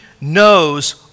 knows